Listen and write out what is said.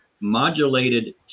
modulated